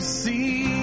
see